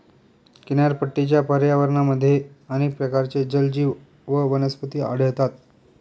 किनारपट्टीच्या पर्यावरणामध्ये अनेक प्रकारचे जलजीव व वनस्पती आढळतात